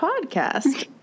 podcast